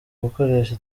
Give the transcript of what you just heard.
gukoresha